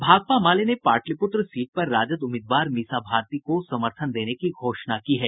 भाकपा माले ने पाटलिपुत्र सीट पर राजद उम्मीदवार मीसा भारती को समर्थन देने की घोषणा की है